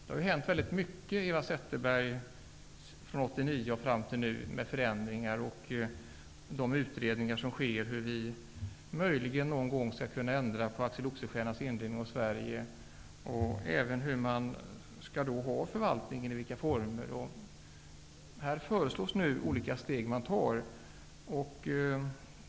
Det har faktiskt hänt väldigt många förändringar, Eva Dessutom finns det utredningar om hur vi möjligen en gång kan ändra på Axel Oxenstiernas indelning av Sverige. Vidare gäller det formerna för förvaltningen. Här föreslås olika steg.